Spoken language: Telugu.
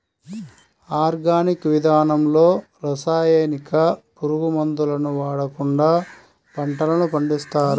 ఆర్గానిక్ విధానంలో రసాయనిక, పురుగు మందులను వాడకుండా పంటలను పండిస్తారు